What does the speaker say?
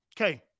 Okay